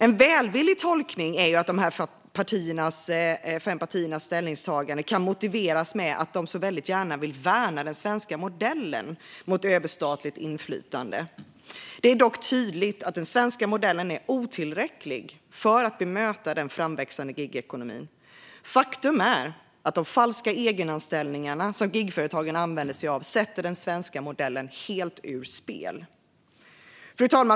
En välvillig tolkning är att de fem partiernas ställningstagande kan motiveras med att de gärna vill värna den svenska modellen mot överstatligt inflytande. Det är dock tydligt att den svenska modellen är otillräcklig för att bemöta den framväxande gigekonomin. Faktum är att de falska egenanställningarna som gigföretagen använder sig av sätter den svenska modellen helt ur spel.